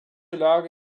lage